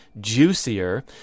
juicier